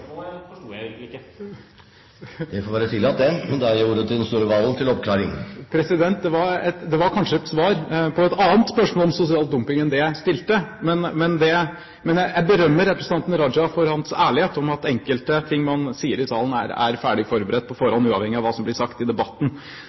ikke. Det får være tillatt. Da gir jeg ordet til Snorre Serigstad Valen til oppklaring. Det var kanskje et svar på et annet spørsmål om sosial dumping enn det jeg stilte, men jeg berømmer representanten Raja for hans ærlighet om at enkelte ting man sier i salen, er ferdig forberedt på forhånd, uavhengig av hva som blir sagt i debatten.